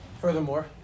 Furthermore